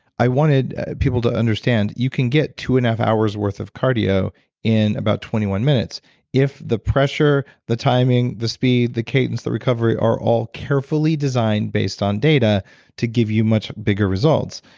i wanted people to understand, you can get two and a half hour's worth of cardio in about twenty one minutes if the pressure, the timing, the speed, the cadence, the recovery are all carefully designed based on data to give you much bigger results.